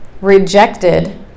rejected